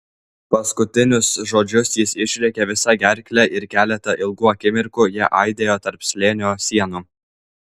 paskutinius žodžius jis išrėkė visa gerkle ir keletą ilgų akimirkų jie aidėjo tarp slėnio sienų